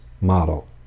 model